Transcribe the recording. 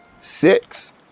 six